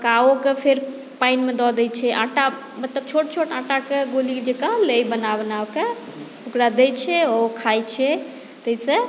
पकाओके फेर पानिमे दऽ दै छै आटा मतलब छोट छोट आटाके गोली जकाँ लेई बना बनाके ओकरा दै छै ओ खाई छै तै से